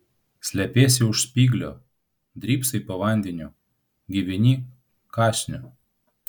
slepiesi už spyglio drybsai po vandeniu gyveni kąsniu